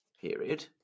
period